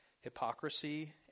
hypocrisy